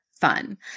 fun